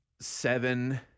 seven –